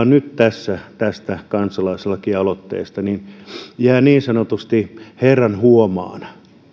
nyt tässä tästä kansalaislakialoitteesta jää niin sanotusti herran huomaan